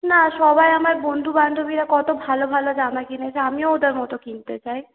না সবাই আমার বন্ধু বান্ধবীরা কত ভালো ভালো জামা কিনেছে আমিও ওদের মতো কিনতে চাই